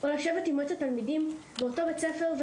או לשבת עם מועצת תלמידים באותו בית ספר,